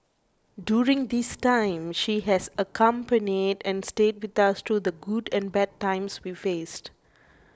during this time she has accompanied and stayed with us through the good and bad times we faced